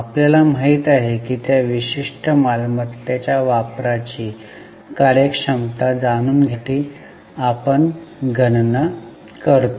आपल्याला माहित आहे की त्या विशिष्ट मालमत्तेच्या वापराची कार्यक्षमता जाणून घेण्यासाठी आपण गणना करतो